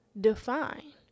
define